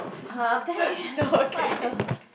[huh] okay what the